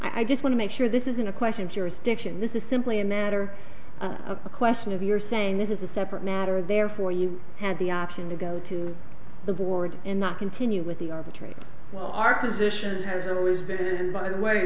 words i just want to make sure this isn't a question jurisdiction this is simply a matter of a question of you're saying this is a separate matter therefore you have the option to go to the board in not continue with the arbitrator well our position has always been and by the way